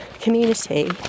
community